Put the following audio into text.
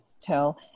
tell